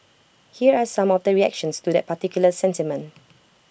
here are some of the reactions to that particular sentiment